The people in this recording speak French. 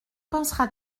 pensera